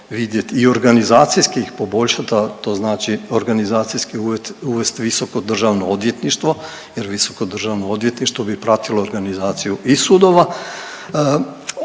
i organizacijski poboljšat, a to znači organizacijski uvesti visoko državno odvjetništvo jer visoko državno odvjetništvo bi pratilo organizaciju i sudova.